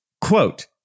quote